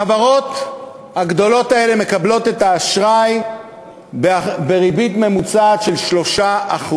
החברות הגדולות האלה מקבלות את האשראי בריבית ממוצעת של 3%,